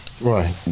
Right